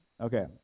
Okay